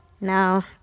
No